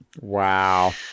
Wow